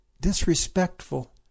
disrespectful